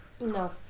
No